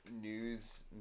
news